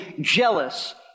jealous